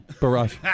barrage